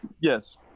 Yes